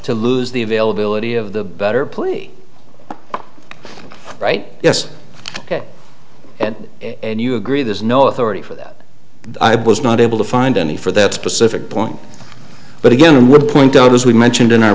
to lose the availability of the better play right yes ok and you agree there's no authority for that was not able to find any for that specific point but again would point out as we mentioned in our